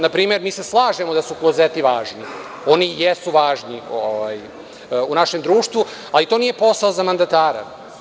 Na primer, mi se slažemo da su klozeti važni, oni jesu važni u našem društvu, ali to nije posao za mandatara.